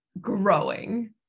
growing